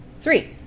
three